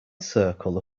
circle